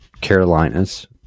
Carolinas